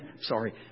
Sorry